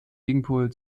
gegenpol